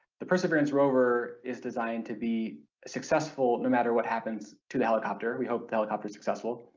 the perseverance rover is designed to be successful no matter what happens to the helicopter, we hope the helicopter's successful.